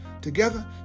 Together